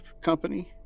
company